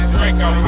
Draco